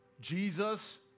Jesus